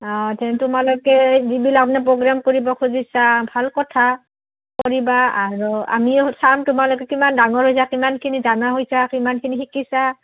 অঁ তেন্তে তোমালোকে যিবিলাক মানে প্ৰগ্ৰেম কৰিব খুজিছা ভাল কথা কৰিবা আৰু আমিও চাম তোমালোকে কিমান ডাঙৰ হৈছা কিমানখিনি জনা হৈছা কিমানখিনি শিকিছা